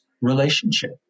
relationship